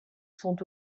sont